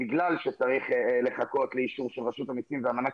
בגלל שצריך לחכות לאישור של רשות מסים והמענק